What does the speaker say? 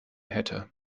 hätte